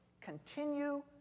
continue